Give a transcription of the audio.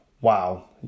Wow